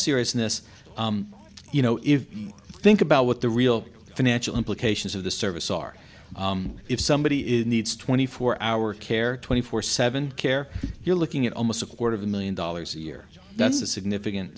seriousness you know if you think about what the real financial implications of the service are if somebody is needs twenty four hour care twenty four seven care you're looking at almost a quarter of a million dollars a year that's a significant